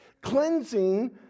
Cleansing